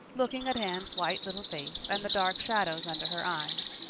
looking at anne's white little face and the dark shadows under her eyes.